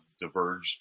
diverged